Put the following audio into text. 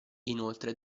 inoltre